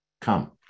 come